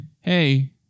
Hey